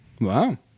wow